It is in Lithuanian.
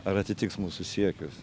ar atitiks mūsų siekius